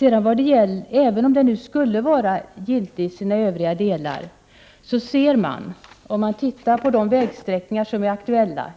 Men även om planen skulle vara giltig i sina övriga delar, ser man om man studerar de vägsträckningar som är aktuella —